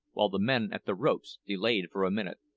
while the men at the ropes delayed for a minute.